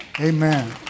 Amen